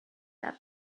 that